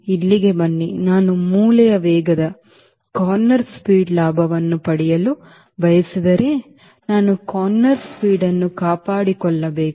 ಇಲ್ಲಿಗೆ ಬನ್ನಿ ನಾನು ಮೂಲೆಯ ವೇಗದ ಲಾಭವನ್ನು ಪಡೆಯಲು ಬಯಸಿದರೆ ನಾನು corner speedನ್ನು ಕಾಪಾಡಿಕೊಳ್ಳಬೇಕು